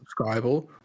Subscribable